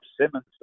Simmons